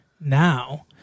now